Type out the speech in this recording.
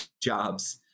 jobs